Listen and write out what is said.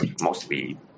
mostly